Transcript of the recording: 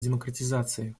демократизации